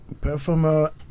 performer